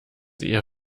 ihr